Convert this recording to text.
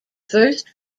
first